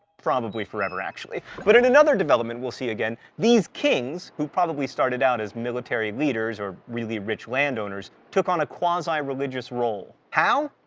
probably forever actually. but in another development we'll see again, these kings, who probably started out as military leaders or really rich landowners, took on a quasi-religious role. how?